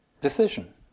decision